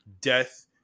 death